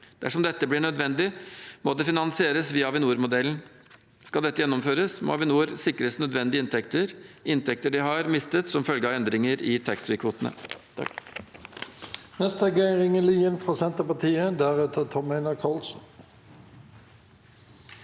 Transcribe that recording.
Dersom dette blir nødvendig, må det finansieres via Avinor-modellen. Skal dette gjennomføres, må Avinor sikres nødvendige inntekter, inntekter de har mistet som følge av endringer i taxfreekvotene. Geir Inge Lien (Sp) Senterpartiet